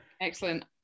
Excellent